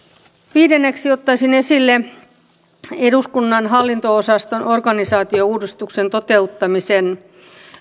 viidenneksi ottaisin esille eduskunnan hallinto osaston organisaatiouudistuksen toteuttamisen